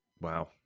Wow